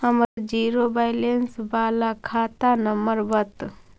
हमर zero balance बाला खाता नम्बर बत?